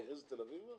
אתה מכניס את תל אביב גם?